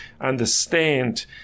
understand